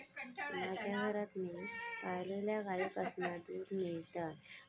माज्या घरात मी पाळलल्या गाईंपासना दूध मेळता